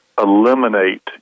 eliminate